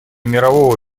мирового